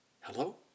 Hello